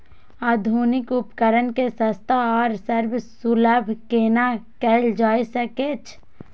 आधुनिक उपकण के सस्ता आर सर्वसुलभ केना कैयल जाए सकेछ?